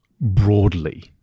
broadly